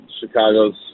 Chicago's